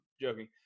joking